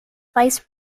vice